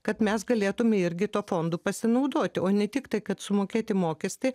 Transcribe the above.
kad mes galėtume irgi tuo fondu pasinaudoti o ne tiktai kad sumokėti mokestį